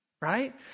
Right